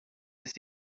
ist